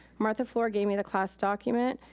martha fluor gave me the class document.